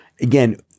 Again